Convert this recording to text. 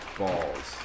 balls